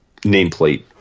nameplate